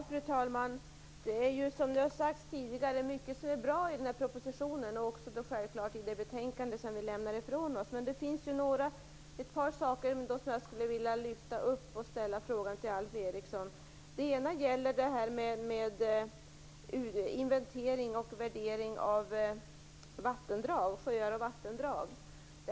Fru talman! Det är som har sagts tidigare mycket som är bra i den här propositionen och självklart också i det betänkande som vi lämnar ifrån oss, men det finns ett par saker som jag skulle vilja lyfta upp och ställa frågor om till Alf Eriksson. Det gäller bl.a. inventering och värdering av sjöar och vattendrag.